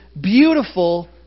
beautiful